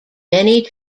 many